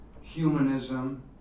humanism